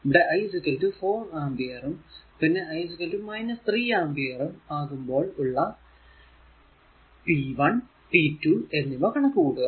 ഇവിടെ I 4 ആമ്പിയറും പിന്നെ I 3 ആമ്പിയറും ആകുമ്പോൾ ഉള്ള p1 p2 എന്നിവ കണക്കു കൂട്ടുക